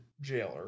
jailer